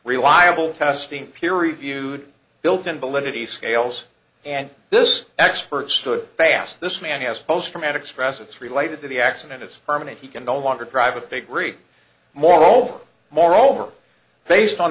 reliable testing peer reviewed built in validity scales and this expert stood bass this man has post traumatic stress it's related to the accident is permanent he can no longer drive with degree moreover moreover based on